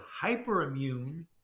hyperimmune